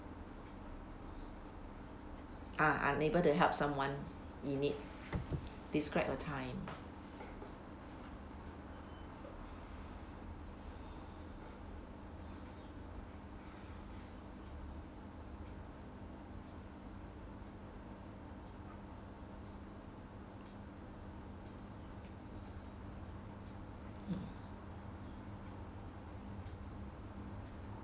ah unable to help someone in need describe a time